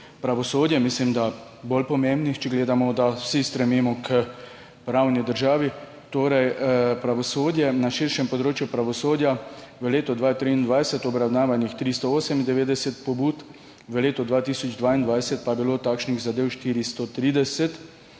pravosodje, mislim, da bolj pomembnih, če gledamo, da vsi stremimo k pravni državi. Pravosodje, na širšem področju pravosodja v letu 2023 obravnavanih 398 pobud, v letu 2022 pa je bilo takšnih zadev 430.